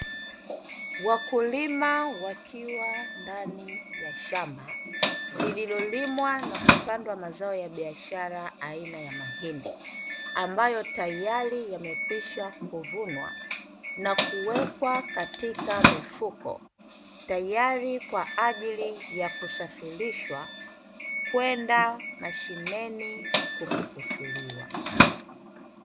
Wakulima wakiwa ndani ya shamba lililolimwa na kupandwa mazao ya biashara aina ya mahindi, ambayo tayari yamekwisha kuvunwa na kuwekwa katika mifuko tayari kwa ajili ya kusafirishwa kwenda mashineni kupukuchuliwa.